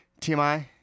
TMI